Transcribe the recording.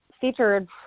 featured